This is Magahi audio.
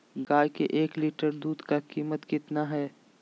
गाय के एक लीटर दूध का कीमत कितना है?